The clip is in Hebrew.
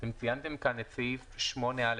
ציינתם כאן את סעיף 8א,